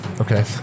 Okay